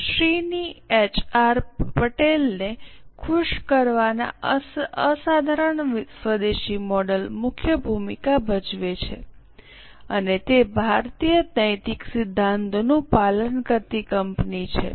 શ્રીની HR પહેલને ખુશ કરવાના અસાધારણ સ્વદેશી મોડેલ મુખ્ય ભૂમિકા ભજવે છે અને તે ભારતીય નૈતિક સિદ્ધાંતોનું પાલન કરતી કંપની છે